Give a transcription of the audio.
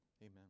amen